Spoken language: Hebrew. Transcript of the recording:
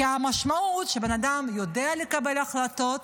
כי המשמעות היא שהבן אדם יודע לקבל החלטות